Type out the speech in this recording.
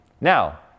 Now